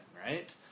right